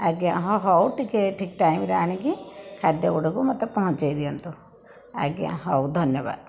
ଆଜ୍ଞା ହଁ ହଉ ଟିକେ ଠିକ୍ ଟାଇମରେ ଆଣିକି ଖାଦ୍ୟ ଗୁଡ଼ାକୁ ମୋତେ ପହଞ୍ଚେଇ ଦିଅନ୍ତୁ ଆଜ୍ଞା ହଉ ଧନ୍ୟବାଦ